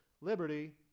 liberty